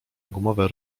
gumowe